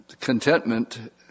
contentment